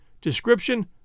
description